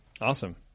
Awesome